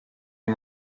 and